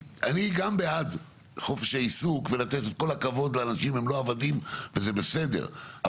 אני בעד חופש העיסוק ולתת את כל הכבוד לאנשים כי הם לא עבדים וזה בסדר,